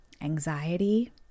anxiety